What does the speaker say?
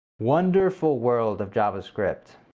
wonderful world of javascript!